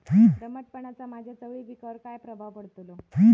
दमटपणाचा माझ्या चवळी पिकावर काय प्रभाव पडतलो?